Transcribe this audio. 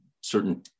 certain